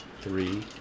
Three